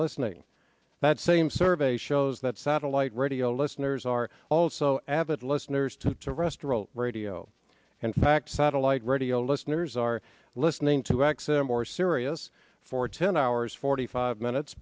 listening that same survey shows that satellite radio listeners are also avid listeners to a restaurant radio in fact satellite radio listeners are listening to x m more serious for ten hours forty five minutes